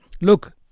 Look